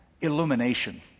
Illumination